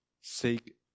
Seek